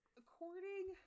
according